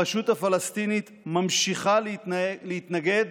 הרשות הפלסטינית ממשיכה להתנגד